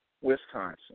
Wisconsin